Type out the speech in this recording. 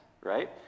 right